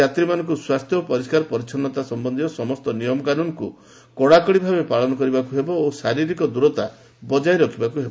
ଯାତ୍ରୀମାନଙ୍କୁ ସ୍ୱାସ୍ଥ୍ୟ ଓ ପରିଷ୍କାରପରିଚ୍ଚନ୍ନତା ସମ୍ବନ୍ଧୀୟ ସମସ୍ତ ନୀୟମକାନୁନ୍କୁ କଡ଼ାକଡ଼ି ପାଳନ କରିବାକୁ ହେବ ଓ ଶାରୀରିକ ଦୂରତା ବକାୟ ରଖିବାକୁ ହେବ